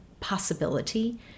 possibility